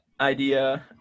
idea